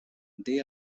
they